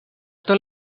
tot